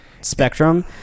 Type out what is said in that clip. spectrum